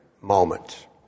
moment